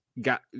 got